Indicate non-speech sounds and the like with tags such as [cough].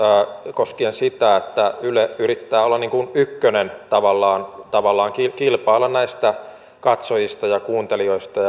koskien sitä että yle yrittää olla ykkönen tavallaan tavallaan kilpailla näistä katsojista ja kuuntelijoista [unintelligible]